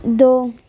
دو